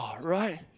right